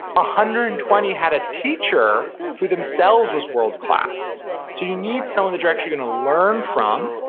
ah hundred and twenty had a teacher who themselves was world-class so you need someone that you're actually gonna learn from,